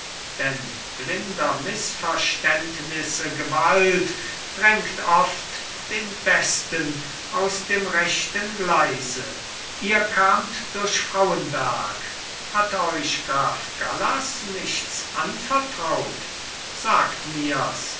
denn blinder mißverständnisse gewalt drängt oft den besten aus dem rechten gleise ihr kamt durch frauenberg hat euch graf gallas nichts anvertraut sagt mirs